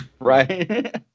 Right